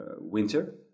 winter